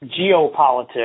geopolitics